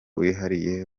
wihariye